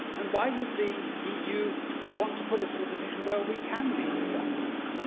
and why would the eu want to put us in a position where we can leave at that point?